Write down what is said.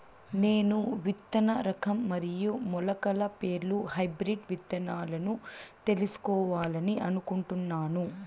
నేను విత్తన రకం మరియు మొలకల పేర్లు హైబ్రిడ్ విత్తనాలను తెలుసుకోవాలని అనుకుంటున్నాను?